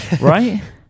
Right